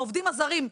העובדים הזרים,